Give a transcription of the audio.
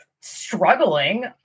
struggling